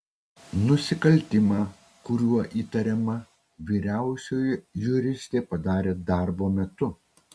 nusikaltimą kuriuo įtariama vyriausioji juristė padarė darbo metu